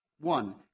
One